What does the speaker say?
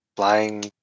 Flying